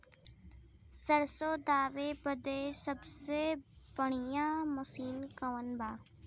सरसों दावे बदे सबसे बढ़ियां मसिन कवन बा?